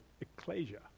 ecclesia